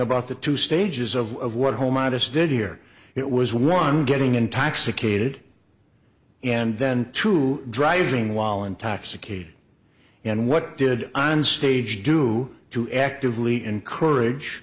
about the two stages of what home i just did here it was one getting intoxicated and then to driving while intoxicated and what did onstage do to actively encourage